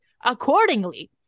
accordingly